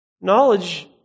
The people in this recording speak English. knowledge